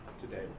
today